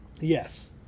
Yes